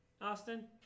Austin